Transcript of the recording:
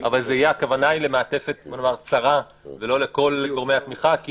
אבל הכוונה היא למעטפת צרה ולא לכל גורמי התמיכה,